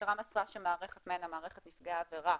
המשטרה מסרה שמערכת מנ"ע, מערכת נפגעי עבירה,